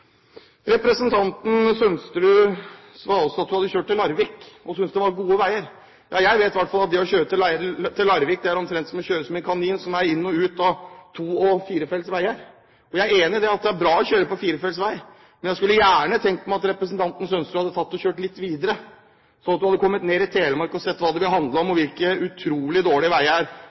Representanten Sønsterud sa også at hun hadde kjørt til Larvik, og syntes det var gode veier. Jeg vet i alle fall at å kjøre til Larvik er omtrent som å kjøre som en kanin, som er ut og inn av to- og firefelts veier. Jeg er enig i det at det er bra å kjøre på firefelts vei, men jeg skulle gjerne sett at representanten Sønsterud hadde kjørt litt videre, at hun hadde kommet ned i Telemark og sett hva dette handler om, og hvilke utrolig dårlige veier vi har på E18 gjennom Telemark, videre nedover Sørlandet og rundt til Rogaland. Da ville kanskje også representanten Sønsterud skjønt at det er